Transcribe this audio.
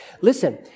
Listen